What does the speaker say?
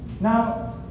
Now